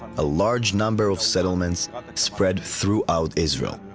a large number of settlements spread throughout israel.